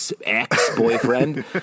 ex-boyfriend